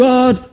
God